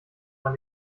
man